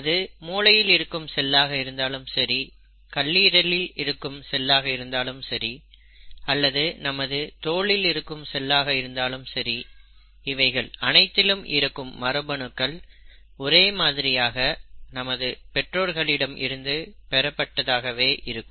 அது மூளையில் இருக்கும் சொல்லாக இருந்தாலும் சரி கல்லீரலில் இருக்கும் சொல்லாக இருந்தாலும் சரி அல்லது நமது தோலில் இருக்கும் செல்லாக இருந்தாலும் சரி இவைகள் அனைத்திலும் இருக்கும் மரபணுக்கள் ஒரே மாதிரியாக நமது பெற்றோர்களிடம் இருந்து பெறப்பட்டதாகவே இருக்கும்